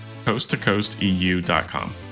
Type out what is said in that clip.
CoastToCoastEU.com